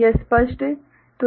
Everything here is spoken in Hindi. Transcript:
यह स्पष्ट है